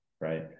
right